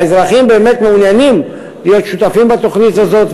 האזרחים באמת מעוניינים להיות שותפים בתוכנית הזאת,